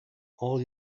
all